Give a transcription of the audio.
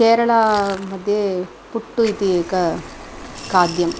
केरळमध्ये पुट्ट् इति एकं खाद्यम्